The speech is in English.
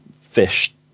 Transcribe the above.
fish